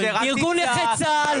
ארגון נכי צה"ל,